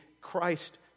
Christ